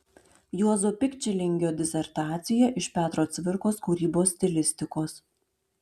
juozo pikčilingio disertacija iš petro cvirkos kūrybos stilistikos